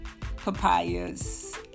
papayas